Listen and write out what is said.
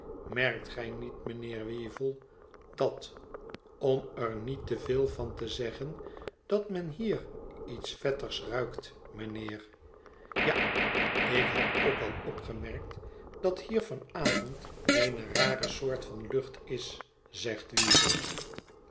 merkt gij niet mijmheer weevle dat om er niet te veel van te zeggen dat men hier iets vettigs ruikt mijnheer ja ik heb ook al opgemerkt dat hier van avond eene rare soort van lucht is zegt weevle